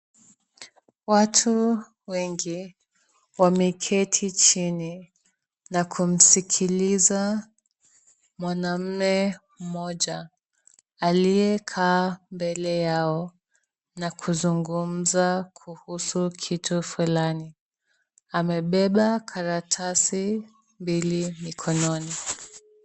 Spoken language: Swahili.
Watu wengi wameketi chini na kumsikiliza mwanaume mmoja aliyekaa mbele yao na kuzungumza kuhusu kitu fulani. Amebeba karatasi mbili mkononi.